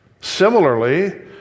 Similarly